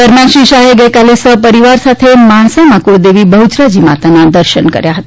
દરમિયાન શ્રી શાહે ગઇકાલે સહપરિવાર સાથે માણસામાં કુળદેવી બહ્યરાજી માતાજીના દર્શન કર્યા હતા